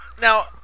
Now